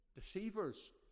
Deceivers